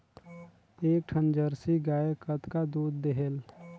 एक ठन जरसी गाय कतका दूध देहेल?